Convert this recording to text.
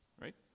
right